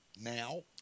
now